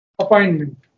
appointment